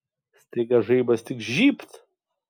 staiga žaibas tik žybt